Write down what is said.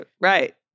Right